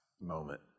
moment